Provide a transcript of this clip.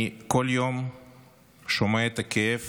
בכל יום אני שומע את הכאב